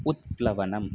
उत्प्लवनम्